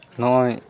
ᱱᱚᱜᱼᱚᱸᱭ